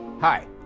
Hi